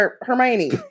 Hermione